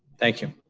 thank you.